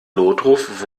notruf